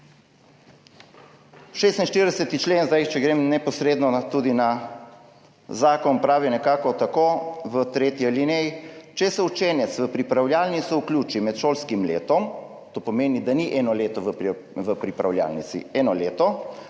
46. člen, če grem neposredno tudi na zakon, pravi nekako tako v tretji alineji: če se učenec v pripravljalnico vključi med šolskim letom – to pomeni, da ni eno leto v pripravljalnici, eno leto